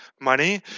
money